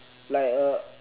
like uh